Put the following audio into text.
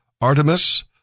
Artemis